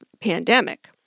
pandemic